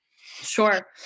Sure